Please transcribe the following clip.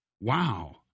wow